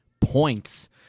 points